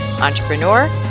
entrepreneur